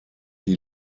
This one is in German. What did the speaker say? die